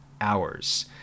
hours